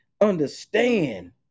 understand